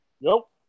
Nope